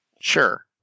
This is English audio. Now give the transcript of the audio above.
Sure